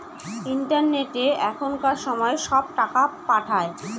ইন্টারনেটে এখনকার সময় সব টাকা পাঠায়